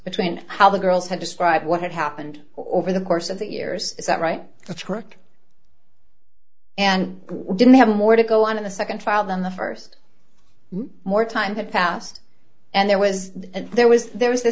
between how the girls had described what had happened over the course of the years is that right that's correct and didn't have more to go on in the second trial than the first more time had passed and there was and there was there was th